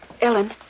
Ellen